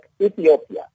Ethiopia